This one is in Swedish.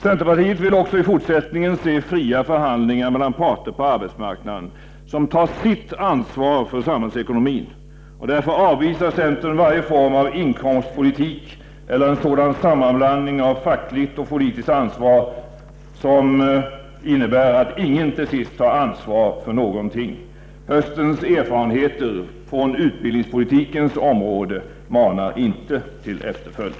Centerpartiet vill också i fortsättningen se fria förhandlingar mellan parter på arbetsmarknaden och att dessa tar sitt ansvar för samhällsekonomin. Därför avvisar centern varje form av inkomstpolitik eller en sådan sammanblandning av fackligt och politiskt ansvar som innebär att ingen till sist tar ansvar för någonting. Höstens erfarenheter från utbildningspolitikens område manar inte till efterföljd.